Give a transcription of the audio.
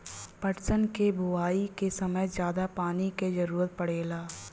पटसन क बोआई के समय जादा पानी क जरूरत पड़ेला